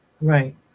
Right